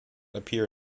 appear